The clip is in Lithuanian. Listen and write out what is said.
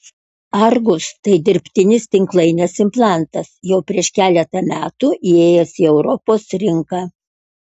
argus tai dirbtinis tinklainės implantas jau prieš keletą metų įėjęs į europos rinką